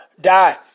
die